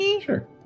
Sure